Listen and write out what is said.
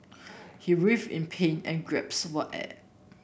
he writhed in pain and gasped for air